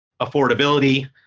affordability